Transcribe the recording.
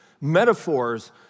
metaphors